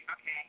Okay